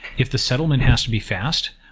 if the settlement has to be fast,